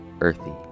earthy